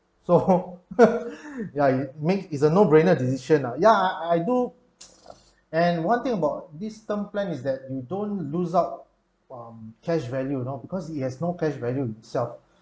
so ya make it's a no brainer decision ah yeah I I do and one thing about this term plan is that you don't lose out um cash value you know because it has no cash value itself